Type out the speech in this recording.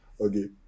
Okay